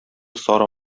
сары